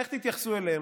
איך תתייחסו אליהם?